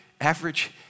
average